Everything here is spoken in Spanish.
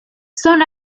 son